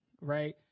right